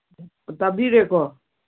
ꯇꯥꯕꯤꯔꯦꯀꯣ